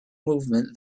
movement